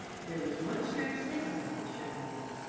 there was one strange thing about this young lady.